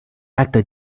actor